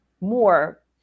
more